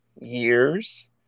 years